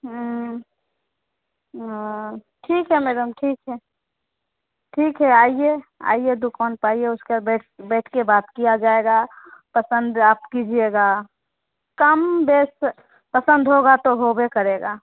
हाँ ठीक है मैडम ठीक है ठीक है आइये आइये तो कौन पाइये उसको बैठ कर बात किया जायेगा पसंद आप कीजियेगा कम देख पसंद होगा तो होगा करेगा